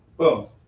boom